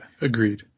agreed